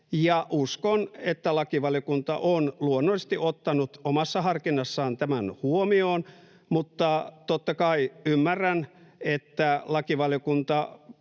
uskon, että lakivaliokunta on luonnollisesti ottanut omassa harkinnassaan tämän huomioon. Mutta totta kai ymmärrän, että lakivaliokunta